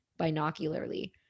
binocularly